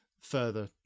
further